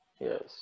yes